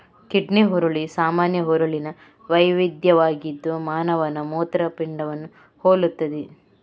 kidney ಹುರುಳಿ ಸಾಮಾನ್ಯ ಹುರುಳಿನ ವೈವಿಧ್ಯವಾಗಿದ್ದು ಮಾನವನ ಮೂತ್ರಪಿಂಡವನ್ನು ಹೋಲುತ್ತದೆ